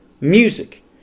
music